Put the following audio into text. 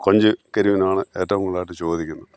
കൊഞ്ച് കരിമീനും ആണ് ഏറ്റവും കൂടുതലായിട്ട് ചോദിക്കുന്നത്